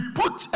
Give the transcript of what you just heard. put